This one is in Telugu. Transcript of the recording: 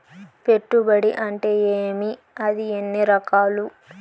పెట్టుబడి అంటే ఏమి అది ఎన్ని రకాలు